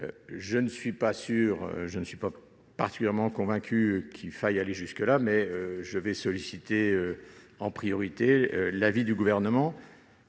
de guerre ». Je ne suis pas particulièrement convaincu qu'il faille aller jusque-là, mais je vais solliciter, en priorité, l'avis du Gouvernement,